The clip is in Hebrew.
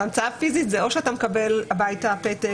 המצאה פיזית זה או שאתה מקבל הביתה פתק